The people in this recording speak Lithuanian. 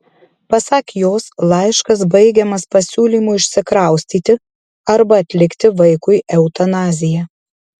pasak jos laiškas baigiamas pasiūlymu išsikraustyti arba atlikti vaikui eutanaziją